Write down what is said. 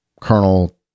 Colonel